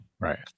Right